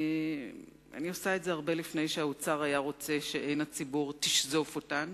אני עושה את זה הרבה לפני שהאוצר היה רוצה שעין הציבור תשזוף אותן.